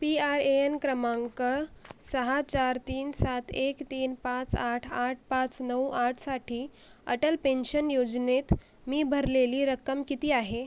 P R A N क्रमांक सहा चार तीन सात एक तीन पाच आठ आठ पाच नऊ आठसाठी अटल पेन्शन योजनेत मी भरलेली रक्कम किती आहे